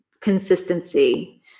consistency